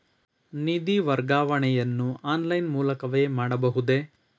ನಿಧಿ ವರ್ಗಾವಣೆಯನ್ನು ಆನ್ಲೈನ್ ಮೂಲಕವೇ ಮಾಡಬಹುದೇ?